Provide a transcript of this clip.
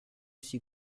suis